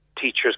teachers